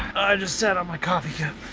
just sat on my coffee cup.